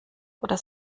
oder